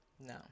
No